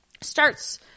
starts